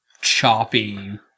choppy